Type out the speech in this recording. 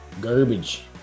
Garbage